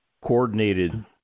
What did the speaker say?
coordinated